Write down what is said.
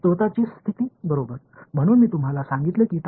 கோபுரம் இங்கே உள்ளது என்று நான் உங்களுக்குச் சொல்லியிருக்கிறேன்